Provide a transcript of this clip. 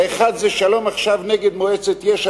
האחד זה "שלום עכשיו" נגד מועצת יש"ע,